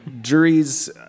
Juries